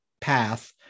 path